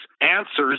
answers